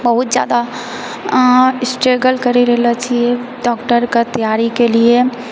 बहुत जादा स्ट्रगल कराए रहलए छियै डॉक्टरके तैयारीके लिए